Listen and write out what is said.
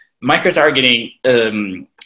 Micro-targeting